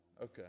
Okay